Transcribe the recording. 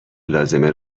لازمه